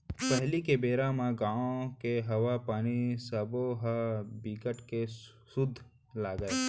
पहिली के बेरा म गाँव के हवा, पानी सबो ह बिकट के सुद्ध लागय